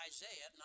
Isaiah